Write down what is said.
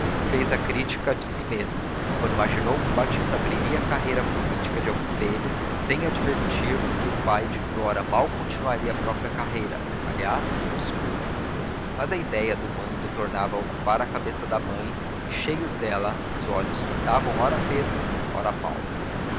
fez a crítica de si mesma quando imaginou que batista abriria a carreira política de algum deles sem advertir que o pai de flora mal continuaria a própria carreira aliás obscura mas a ideia do mando tornava a ocupar a cabeça da mãe e cheios dela os olhos fitavam ora pedro ora paulo